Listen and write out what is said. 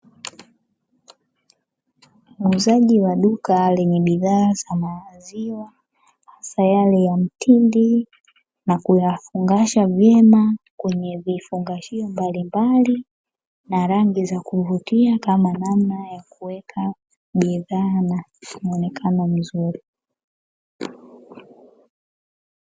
Muuzaji wa duka lenye bidhaa za maziwa, hasa yale ya mtindi na kuyafungasha vyema kwenye vifungashio mbalimbali na rangi za kuvutia kama namna ya kuweka bidhaa na kuonekana vizuri.